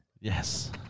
Yes